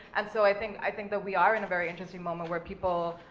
and so i think i think that we are in a very interesting moment where people,